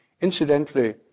Incidentally